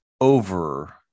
over